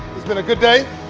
it's been a good day.